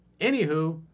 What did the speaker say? Anywho